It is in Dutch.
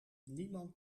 niemand